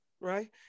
right